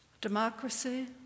Democracy